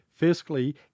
fiscally